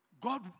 God